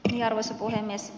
arvoisa puhemies